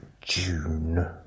June